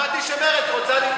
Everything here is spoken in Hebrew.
שמעתי שמרצ רוצה להתנגד.